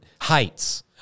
heights